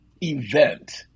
event